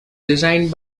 designed